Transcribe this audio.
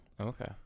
Okay